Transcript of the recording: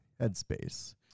headspace